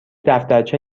دفترچه